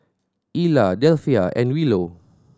Ilah Delphia and Willow